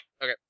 Okay